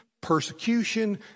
persecution